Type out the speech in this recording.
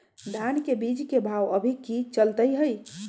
धान के बीज के भाव अभी की चलतई हई?